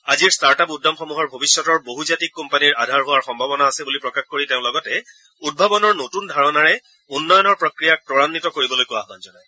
আজিৰ startup উদ্যমসমূহৰ ভৱিষ্যতৰ বহুজাতিক কোম্পানীৰ আধাৰ হোৱাৰ সম্ভাৱনা আছে বুলি প্ৰকাশ কৰি তেওঁ লগতে উদ্ভাৱনৰ নতুন ধাৰণাৰে উন্নয়নৰ প্ৰক্ৰিয়াক ত্বৰান্বিত কৰিবলৈকো আহান জনায়